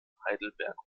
heidelberg